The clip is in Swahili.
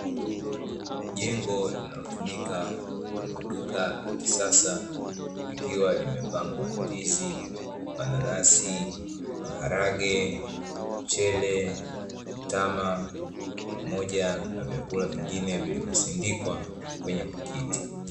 Jengo linalotumika kama duka la kisasa likiwa limepangwa ndizi, mananasi, maharage, mchele, mtama pamoja na vyakula vingine vilivosindikwa kwenye pakiti.